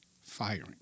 firing